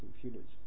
computer's